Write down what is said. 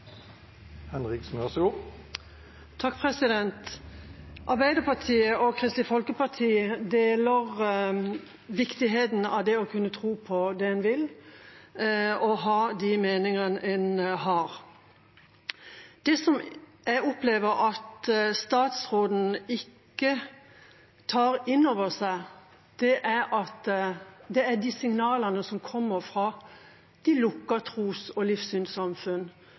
viktigheten av å kunne tro på det en vil, og ha de meninger en har. Det som jeg opplever at statsråden ikke tar inn over seg, er de signalene som kommer fra de lukkede tros- og livssynssamfunn